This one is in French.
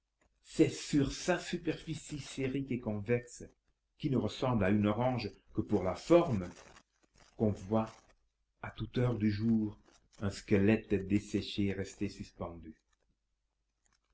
c'est sur sa superficie sphérique et convexe qui ne ressemble à une orange que pour la forme qu'on voit à toute heure du jour un squelette desséché resté suspendu